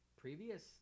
previous